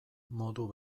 modu